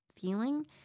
feeling